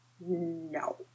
No